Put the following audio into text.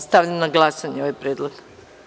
Stavljam na glasanje ovaj predlog.